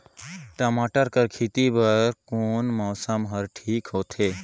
टमाटर कर खेती बर कोन मौसम हर ठीक होथे ग?